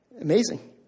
Amazing